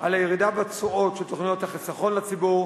על הירידה בתשואות של תוכניות החיסכון לציבור,